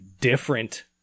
different